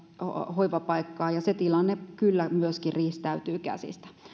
hoivapaikkaa ja se tilanne kyllä myöskin riistäytyy käsistä